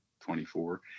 24